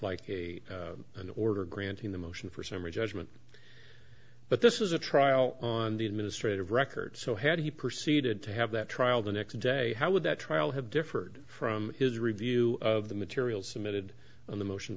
like a an order granting the motion for summary judgment but this is a trial on the administrative records so how do you proceed to have that trial the next day how would that trial have differed from his review of the material submitted on the motion